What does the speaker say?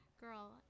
girl